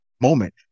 moment